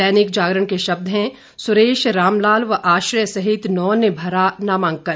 दैनिक जागरण के शब्द हैं सुरेश रामलाल व आश्रय सहित नौ ने भरा नामांकन